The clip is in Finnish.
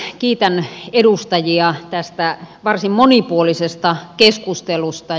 kiitän edustajia tästä varsin monipuolisesta keskustelusta